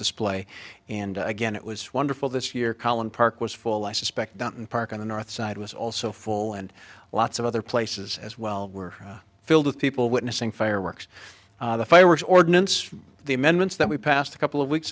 display and again it was wonderful this year collin park was full i suspect denton park on the north side was also full and lots of other places as well were filled with people witnessing fireworks fireworks ordinance the amendments that we passed a couple of weeks